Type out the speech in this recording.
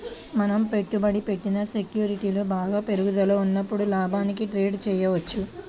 మనం పెట్టుబడి పెట్టిన సెక్యూరిటీలు బాగా పెరుగుదలలో ఉన్నప్పుడు లాభానికి ట్రేడ్ చేయవచ్చు